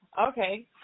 okay